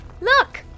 look